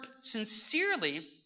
sincerely